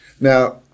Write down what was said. Now